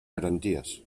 garanties